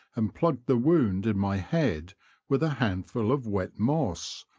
and plugged the wound in my head with a handful of wet moss,